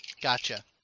Gotcha